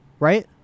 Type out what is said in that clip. Right